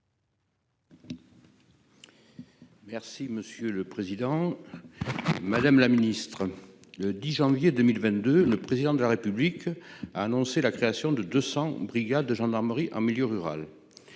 Merci, monsieur le Président. Madame la Ministre le 10 janvier 2022. Le président de la République a annoncé la création de 200 brigades de gendarmerie en milieu rural.